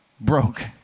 broke